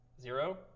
Zero